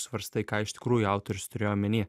svarstai ką iš tikrųjų autorius turėjo omeny